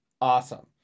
Awesome